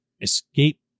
escape